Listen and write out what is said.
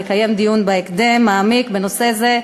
לקיים בהקדם דיון מעמיק בנושא זה.